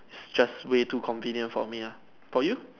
just way too convenient for me ah for you